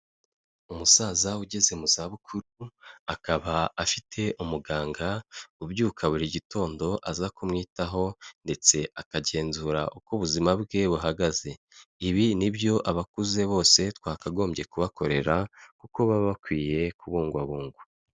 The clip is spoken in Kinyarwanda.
Umusaza ugeze mu zabukuru akaba afite umuganga ubyuka buri gitondo aza kumwitaho ndetse akagenzura uko ubuzima bwe buhagaze, ibi ni byo abakuze bose twakagombye kubakorera kuko baba bakwiye kubungwabungwa.